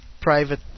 private